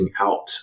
out